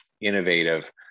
innovative